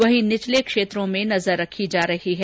वहीं निचले क्षेत्रों पर नजर रखी जा रही है